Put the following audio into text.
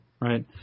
Right